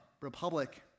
Republic